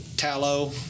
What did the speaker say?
tallow